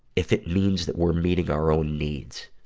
if it means that we're meeting our own needs.